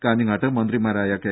കാഞ്ഞങ്ങാട്ട് മന്ത്രിമാരായ കെ